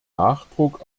nachdruck